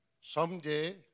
Someday